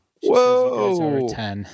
Whoa